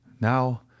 now